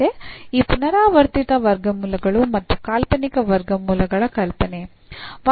ಮತ್ತೆ ಈ ಪುನರಾವರ್ತಿತ ವರ್ಗಮೂಲಗಳು ಅಥವಾ ಕಾಲ್ಪನಿಕ ವರ್ಗಮೂಲಗಳ ಕಲ್ಪನೆ